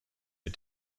mit